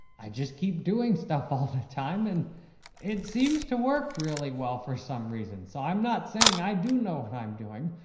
i just keep doing stuff all the time and it seems to work really well for some reason. so, i'm not saying i do know what i'm doing.